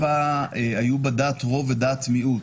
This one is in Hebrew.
היו בה דעת רוב ודעת מיעוט,